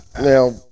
Now